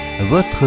votre